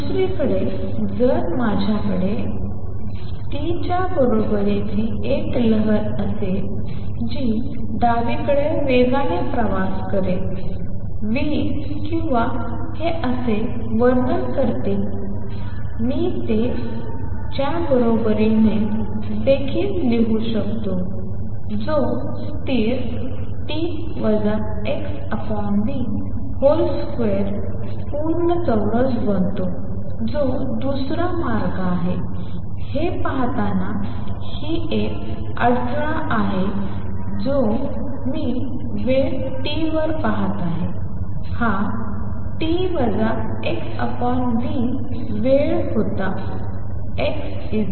दुसरीकडे जर माझ्याकडे e xvt2 च्या बरोबरीची एक लहर असेल जी डावीकडे वेगाने प्रवास करेल v किंवा हे असे वर्णन करते ते मी हे e 2 च्या बरोबरीने e v2 देखील लिहू शकतो जो स्थिर t x v2 पूर्ण चौरस बनतो जो दुसरा मार्ग आहे हे पाहताना की हा एक अडथळा आहे जो मी वेळ t पाहत आहे हा t xv वेळ होता x 0